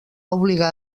obligar